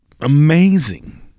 Amazing